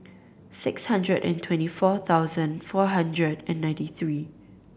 six hundred and twenty four thousand four hundred and ninety three